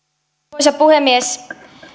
arvoisa puhemies